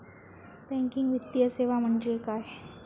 Banking वित्तीय सेवा म्हणजे काय?